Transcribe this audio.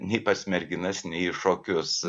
nei pas merginas nei į šokius